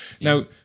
Now